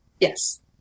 Yes